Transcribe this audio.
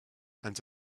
and